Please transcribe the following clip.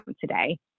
today